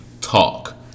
TALK